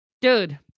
Dude